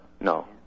no